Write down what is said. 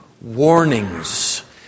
Warnings